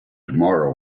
tomorrow